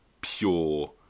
pure